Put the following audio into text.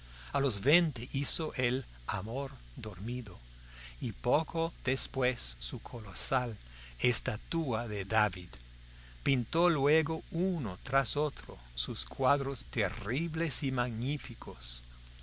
a los veinte hizo el amor dormido y poco después su colosal estatua de david pintó luego uno tras otro sus cuadros terribles y magníficos